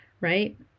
Right